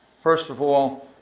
first of all,